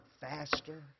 faster